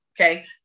Okay